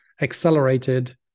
accelerated